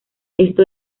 esto